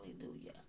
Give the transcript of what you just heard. Hallelujah